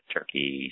Turkey